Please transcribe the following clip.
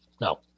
No